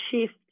shift